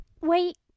Wait